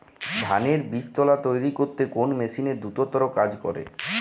ধানের বীজতলা তৈরি করতে কোন মেশিন দ্রুততর কাজ করে?